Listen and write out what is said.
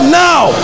now